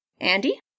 Andy